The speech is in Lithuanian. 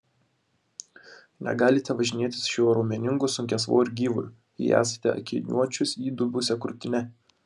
negalite važinėtis šiuo raumeningu sunkiasvoriu gyvuliu jei esate akiniuočius įdubusia krūtine